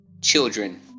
children